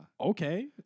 Okay